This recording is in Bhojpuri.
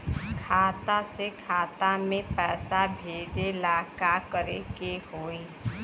खाता से खाता मे पैसा भेजे ला का करे के होई?